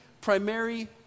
primary